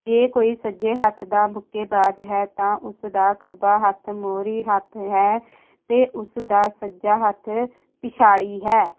ਜੇ ਕੋਈ ਸੱਜੇ ਹੱਥ ਦਾ ਮੁੱਕੇਬਾਜ਼ ਹੈ ਤਾਂ ਉਸ ਦਾ ਖੱਬਾ ਹੱਥ ਮੋਹਰੀ ਹੱਥ ਹੈ ਅਤੇ ਉਸ ਦਾ ਸੱਜਾ ਹੱਥ ਪਿਛਾੜੀ ਹੈ